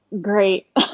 Great